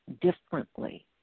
differently